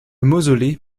mausolée